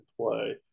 play